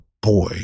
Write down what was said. boy